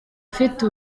afite